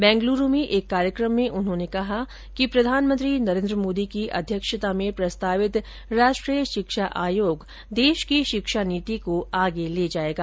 बेंगलूरू में एक कार्यक्रम में उन्होंने कहा कि प्रधानमंत्री नरेन्द्र मोदी की अध्यक्षता में प्रस्तावित राष्ट्रीय शिक्षा आयोग देश की शिक्षा नीति को आगे ले जाएगा